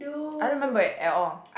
I remember it at all